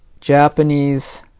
Japanese